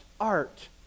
art